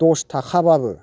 दस थाखाबाबो